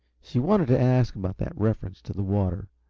she wanted to ask about that reference to the water,